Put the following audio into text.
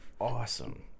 awesome